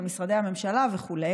במשרדי הממשלה וכו'.